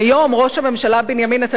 ראש הממשלה בנימין נתניהו,